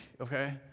okay